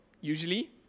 usually